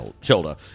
shoulder